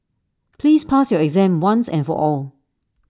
please pass your exam once and for all